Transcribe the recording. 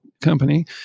company